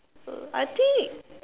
uh I think